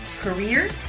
career